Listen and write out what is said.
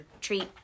treat